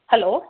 hello